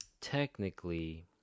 technically